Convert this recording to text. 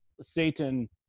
satan